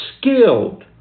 skilled